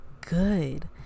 good